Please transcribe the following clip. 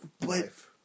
life